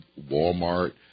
Walmart